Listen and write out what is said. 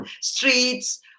streets